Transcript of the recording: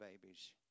babies